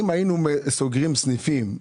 אם היינו סוגרים סניפים,